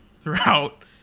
throughout